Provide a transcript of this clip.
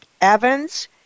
Evan's